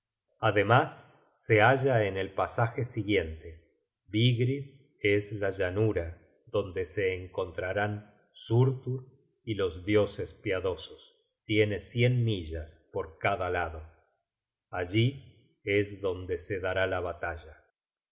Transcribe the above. ademas se halla en el pasaje siguiente vigrid es la llanura donde se encontrarán surtur y los dioses piadosos tiene cien millas por cada lado allí es donde se dará la batalla